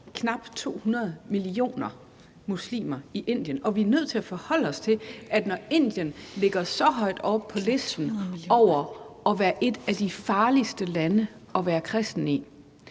knap 200 millioner muslimer i Indien, og vi er nødt til at forholde os til, at når Indien ligger så højt oppe på listen over de lande, der er de farligste lande at være kristen i,